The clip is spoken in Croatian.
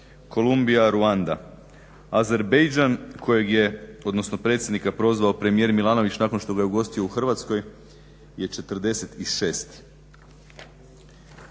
Kolumbija, Ruanda, Azerbejdžan kojeg je odnosno predsjednika prozvao premijer Milanović nakon što ga je ugostio u Hrvatskoj je